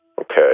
Okay